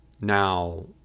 now